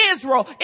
Israel